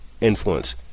influence